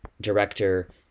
director